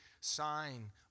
sign